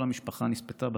כל המשפחה נספתה בשואה.